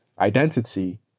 identity